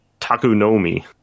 Takunomi